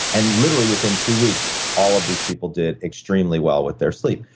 and literally within two weeks, all of these people did extremely well with their sleep.